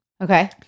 Okay